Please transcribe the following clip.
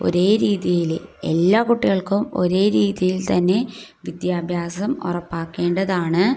ഒരേ രീതിയിൽ എല്ലാ കുട്ടികൾക്കും ഒരേ രീതിയിൽ തന്നെ വിദ്യാഭ്യാസം ഉറപ്പാക്കേണ്ടതാണ്